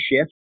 Shift